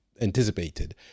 anticipated